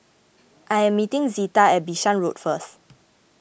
I am meeting Zita at Bishan Road first